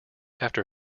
after